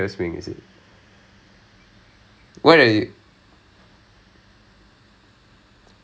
no okay so err I'm not in writers wing I'm the cultural affairs directors so writer's wing is like